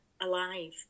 alive